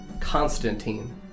Constantine